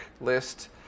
list